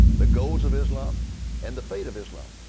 the goals of islam and the fate of islam.